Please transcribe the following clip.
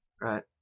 right